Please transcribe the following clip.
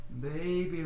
baby